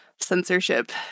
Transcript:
Censorship